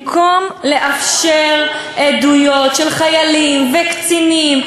במקום לאפשר עדויות של חיילים וקצינים,